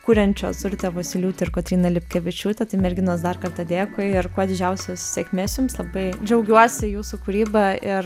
kuriančios urtė vosyliūtė ir kotryna lipkevičiūtė tai merginos dar kartą dėkui ir kuo didžiausios sėkmės jums labai džiaugiuosi jūsų kūryba ir